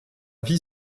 vie